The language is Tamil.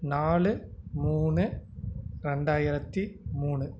நாலு மூணு ரெண்டாயிரத்தி மூணு